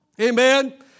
Amen